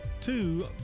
two